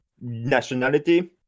nationality